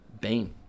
Bane